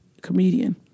comedian